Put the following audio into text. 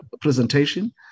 presentation